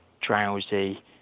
drowsy